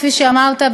כפי שאמרת,